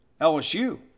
LSU